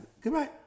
Goodbye